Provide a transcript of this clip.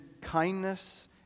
kindness